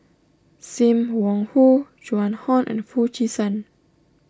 Sim Wong Hoo Joan Hon and Foo Chee San